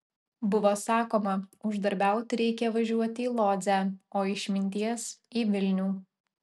buvo sakoma uždarbiauti reikia važiuoti į lodzę o išminties į vilnių